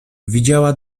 widziała